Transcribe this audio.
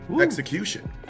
Execution